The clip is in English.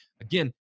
Again